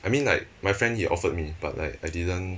I mean like my friend he offered me but like I didn't